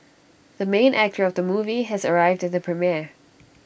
the main actor of the movie has arrived at the premiere